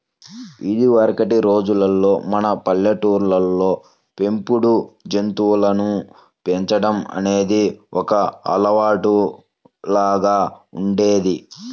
ఇదివరకటి రోజుల్లో మన పల్లెటూళ్ళల్లో పెంపుడు జంతువులను పెంచడం అనేది ఒక అలవాటులాగా ఉండేది